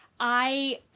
i